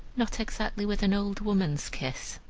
not exactly with an old woman's kiss.